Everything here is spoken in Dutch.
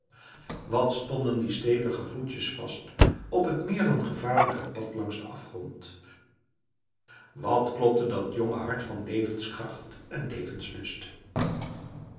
wat stonden die stevige voetjes vast op het meer dan gevaarlijke pad langs den afgrond wat klopte dat jonge hart van levenskracht en